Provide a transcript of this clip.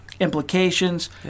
implications